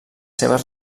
seves